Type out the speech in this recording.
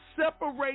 separate